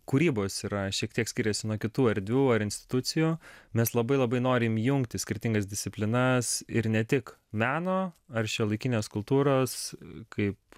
kūrybos yra šiek tiek skiriasi nuo kitų erdvių ar institucijų mes labai labai norim jungti skirtingas disciplinas ir ne tik meno ar šiuolaikinės kultūros kaip